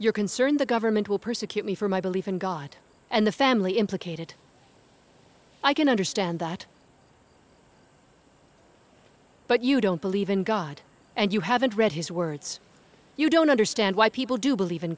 you're concerned the government will persecute me for my belief in god and the family implicated i can understand that but you don't believe in god and you haven't read his words you don't understand why people do believe in